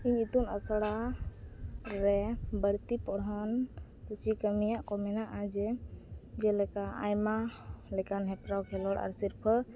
ᱤᱧ ᱤᱛᱩᱱ ᱟᱥᱲᱟᱨᱮ ᱵᱟᱹᱲᱛᱤ ᱯᱚᱲᱦᱚᱱ ᱥᱩᱪᱤ ᱠᱟᱹᱢᱤᱭᱟᱜᱠᱚ ᱢᱮᱱᱟᱜᱼᱟ ᱡᱮ ᱡᱮᱞᱮᱠᱟ ᱟᱭᱢᱟ ᱞᱮᱠᱟᱱ ᱦᱮᱯᱨᱟᱣ ᱠᱷᱮᱞᱳᱰ ᱟᱨ ᱥᱤᱨᱯᱟᱹ